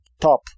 top